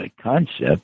concept